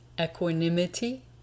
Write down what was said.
equanimity